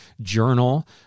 journal